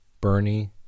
Bernie